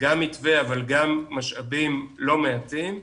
גם מתווה אבל גם משאבים לא מעטים,